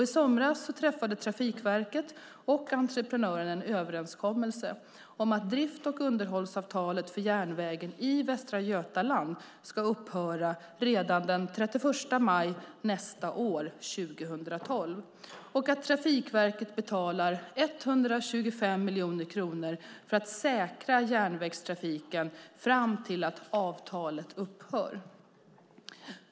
I somras träffade Trafikverket och entreprenören en överenskommelse om att drift och underhållsavtalet för järnvägen i Västra Götaland ska upphöra redan den 31 maj 2012 och att Trafikverket betalar 125 miljoner kronor för att säkra järnvägstrafiken fram till att avtalet upphör .